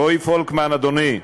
רועי פולקמן, אדוני,